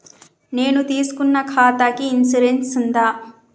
నేను తీసుకున్న ఖాతాకి ఇన్సూరెన్స్ ఉందా?